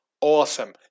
Awesome